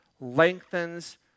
lengthens